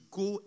go